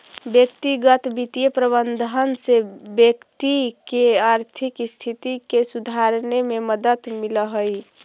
व्यक्तिगत वित्तीय प्रबंधन से व्यक्ति के आर्थिक स्थिति के सुधारने में मदद मिलऽ हइ